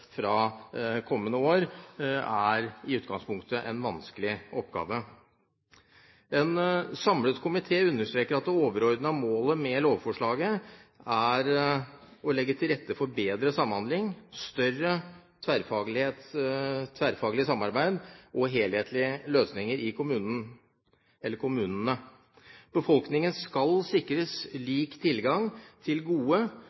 fra kommende år. Dette er i utgangspunktet en vanskelig oppgave. En samlet komité understreker at det overordnede målet med lovforslaget er å legge til rette for bedre samhandling, større tverrfaglig samarbeid og helhetlige løsninger i kommunene. Befolkningen skal sikres lik tilgang til gode